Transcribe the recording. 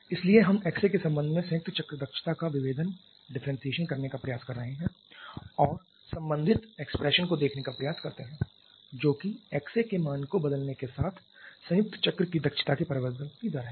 इसलिए हम xA के संबंध में संयुक्त चक्र दक्षता का डिफरेंटशिएशन करने का प्रयास कर रहे हैं और संबंधित expression को देखने का प्रयास करते हैं जो कि xA के मान को बदलने के साथ संयुक्त चक्र की दक्षता के परिवर्तन की दर है